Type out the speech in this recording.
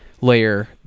layer